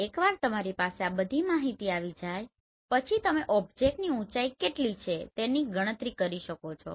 એકવાર તમારી પાસે આ બધી માહિતી આવી જાય પછી તમે ઓબ્જેક્ટની ઊચાઈ કેટલી છે તેની ગણતરી કરી શકો છો